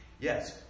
yes